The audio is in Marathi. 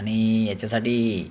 आणि याच्यासाठी